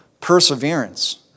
perseverance